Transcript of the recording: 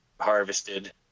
harvested